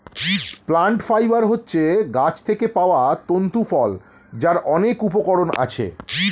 plant fibre হচ্ছে গাছ থেকে পাওয়া তন্তু ফল যার অনেক উপকরণ আছে